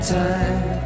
time